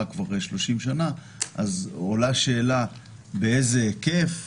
כבר 30 שנה עולות השאלות איזה היקף,